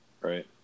Right